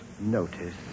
notice